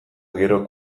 gero